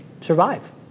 survive